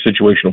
situational